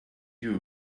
you